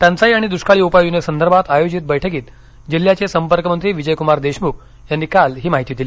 टंचाई आणि दुष्काळी उपाययोजने संदर्भात आयोजित बैठकीत जिल्ह्याचे संपर्कमंत्री विजयक्मार देशमुख यांनी काल ही माहिती दिली